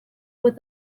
with